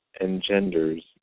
engenders